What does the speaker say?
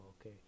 okay